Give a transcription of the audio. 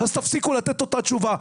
אז תפסיקו לתת את אותה תשובה.